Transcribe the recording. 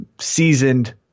seasoned